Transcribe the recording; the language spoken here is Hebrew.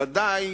ודאי